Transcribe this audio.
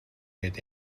гээд